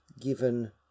given